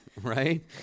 right